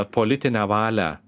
politinę valią